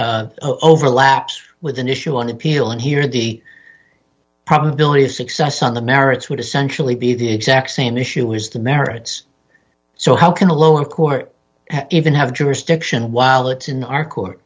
overlaps with an issue on appeal and here the probability of success on the merits would essentially be the exact same issue has the merits so how can a lower court even have jurisdiction while it's in our